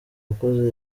yakoze